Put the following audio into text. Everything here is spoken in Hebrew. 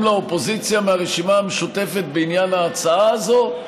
לאופוזיציה מהרשימה המשותפת בעניין ההצעה הזאת?